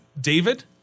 David